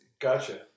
Gotcha